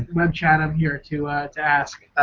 web chat on here to to ask,